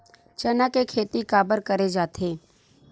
चना के खेती काबर करे जाथे?